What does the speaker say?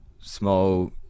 small